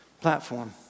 platform